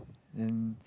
and